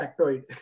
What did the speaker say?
factoid